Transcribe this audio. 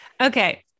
Okay